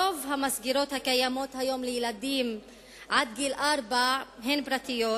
רוב המסגרות הקיימות היום לילדים עד גיל ארבע הן פרטיות,